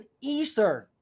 Easter